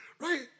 Right